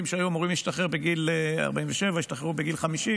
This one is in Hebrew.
שהיו אמורים להשתחרר בגיל 47 ישתחררו בגיל 50,